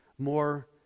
More